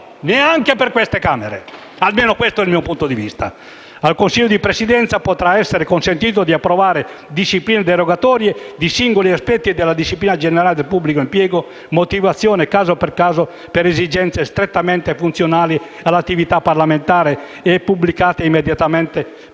neanche per queste Camere. Almeno, questo è il mio punto di vista. Al Consiglio di Presidenza potrà essere consentito di approvare discipline derogatorie di singoli aspetti e della disciplina generale del pubblico impiego, motivate caso per caso per esigenze strettamente funzionali all'attività parlamentare e pubblicate immediatamente, per consentirne